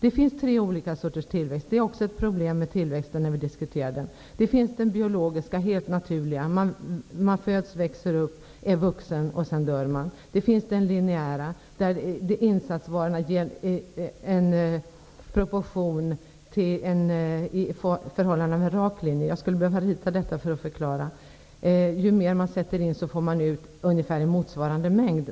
Ett annat problem när man diskuterar tillväxt är att det finns tre olika sorters tillväxt. Det finns den biologiska, helt naturliga tillväxten. Man föds, växer upp, är vuxen och sedan dör man. Det finns den lineära tillväxten, där insatsvarorna ger en tillväxt i form av en rak linje. Man får ut mera än vad man sätter in i motsvarande mängd.